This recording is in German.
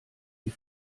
die